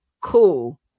cool